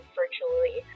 virtually